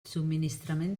subministrament